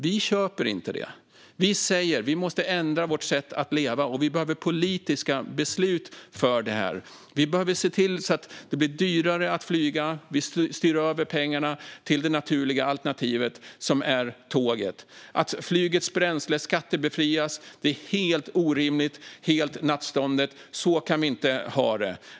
Vi köper inte det. Vi säger att vi måste ändra vårt sätt att leva, och vi behöver politiska beslut för det här. Vi behöver se till att det blir dyrare att flyga, och vi styr över pengarna till det naturliga alternativet som är tåget. Att flygets bränsle skattebefrias är orimligt och helt nattståndet. Så kan vi inte ha det.